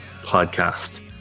podcast